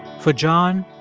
for john,